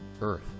Earth